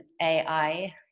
AI